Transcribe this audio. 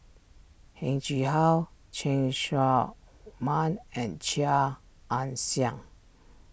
Heng Chee How Cheng Tsang Man and Chia Ann Siang